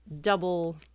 double